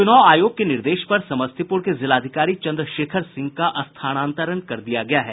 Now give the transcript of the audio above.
चुनाव आयोग के निर्देश पर समस्तीपुर के जिलाधिकारी चंद्रशेखर सिंह का स्थानांतरण कर दिया गया है